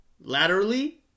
laterally